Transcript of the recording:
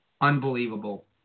unbelievable